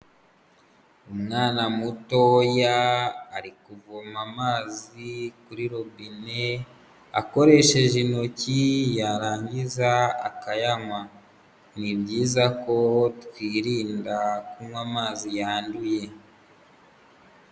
Umwana mutoya ari kuvoma amazi kuri robine akoresheje intoki yarangiza akayanywa, ni byiza ko twirinda kunywa amazi yanduye.